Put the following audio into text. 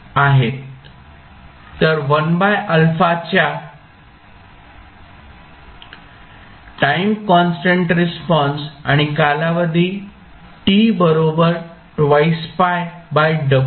तर 1α च्या time constant response आणि कालावधी t बरोबर 2πωd असेल